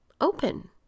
open